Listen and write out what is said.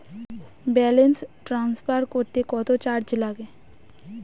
Balance transfer করতে কত charge লাগে?